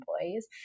employees